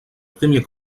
premier